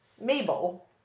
Mabel